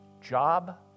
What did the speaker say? job